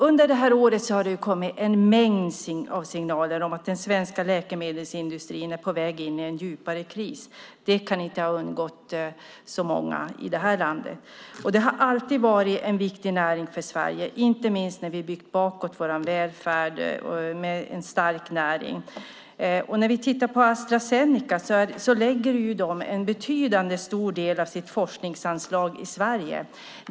Under det här året har det kommit en mängd signaler om att den svenska läkemedelsindustrin är på väg in i en djupare kris. Det kan inte ha undgått så många i det här landet. Det har alltid varit en viktig näring för Sverige, inte minst har det varit en stark näring när det handlar om att bygga vår välfärd. När vi tittar på Astra Zeneca ser vi att de lägger en betydande del av sitt forskningsanslag i Sverige.